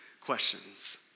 questions